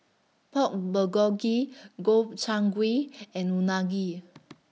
Pork Bulgogi Gobchang Gui and Unagi